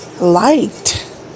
liked